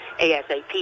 ASAP